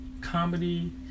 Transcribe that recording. comedy